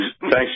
Thanks